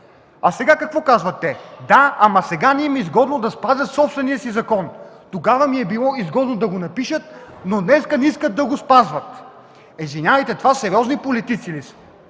Сега какво казват те? Да, ама не им е изгодно да спазят собствения си закон. Тогава им е било изгодно да го напишат, но днес не искат да го спазват. Извинявайте, това сериозни политици ли са?!